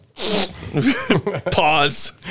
pause